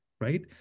right